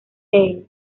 tales